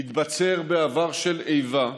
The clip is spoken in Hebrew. להתבצר בעבר של איבה,